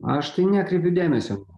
aš tai nekreipiu dėmesio